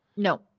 No